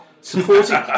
Supporting